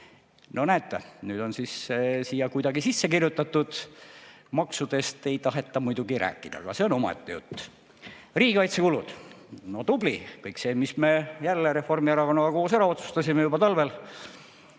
No näete, nüüd on see siia kuidagi sisse kirjutatud. Maksudest ei taheta muidugi rääkida, aga see on omaette jutt. Riigikaitsekulud. Tubli! Kõik see, mis me jälle Reformierakonnaga koos ära otsustasime juba talvel.